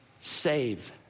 save